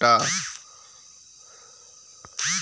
ఈ పదకం వల్ల పల్లెల్ల పేదలకి తిండి, లాభమొచ్చే పని అందిస్తరట